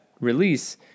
release